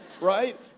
Right